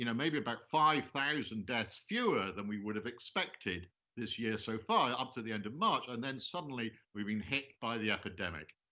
you know maybe about five thousand deaths fewer than we would have expected this year so far up to the end of march, and then suddenly, we've been hit by the epidemic.